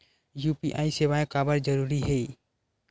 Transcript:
UPI सेवाएं काबर जरूरी हे?